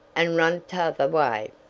and run t'other way.